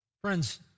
Friends